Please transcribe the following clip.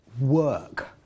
work